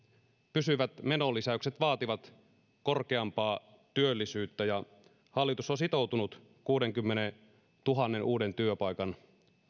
pysyvät menolisäykset vaativat korkeampaa työllisyyttä ja hallitus on sitoutunut kuudenkymmenentuhannen uuden työpaikan